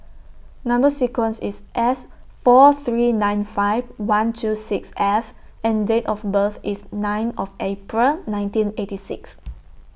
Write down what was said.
Number sequence IS S four three nine five one two six F and Date of birth IS nine of April nineteen eighty six